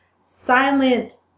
silent